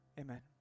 Amen